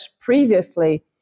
previously